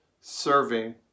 serving